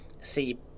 see